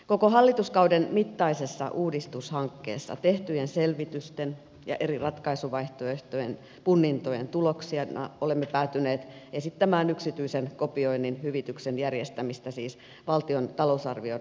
koko hallituskauden mittaisessa uudistushankkeessa tehtyjen selvitysten ja eri ratkaisuvaihtoehtojen punnintojen tuloksena olemme päätyneet esittämään yksityisen kopioinnin hyvityksen järjestämistä valtion talousarvioon otettavasta määrärahasta